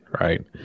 right